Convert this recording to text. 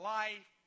life